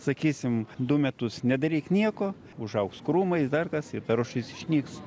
sakysim du metus nedaryk nieko užaugs krūmais dar kas ir ta rūšis išnyks